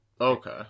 Okay